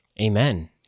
Amen